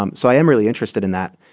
um so i am really interested in that,